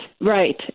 right